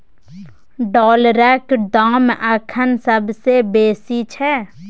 डॉलरक दाम अखन सबसे बेसी छै